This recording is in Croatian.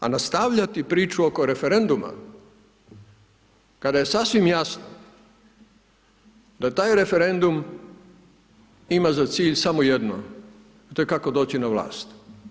A nastavljati priču oko referenduma, kada je sasvim jasno, da taj referendum ima za cilj samo jedno, to je kako doći na vlast.